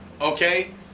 okay